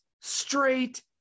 straight